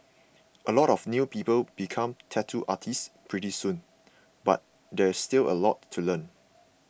a lot of new people become tattoo artists pretty soon but there's still a lot to learn